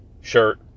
shirt